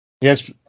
Yes